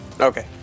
Okay